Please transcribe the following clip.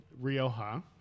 Rioja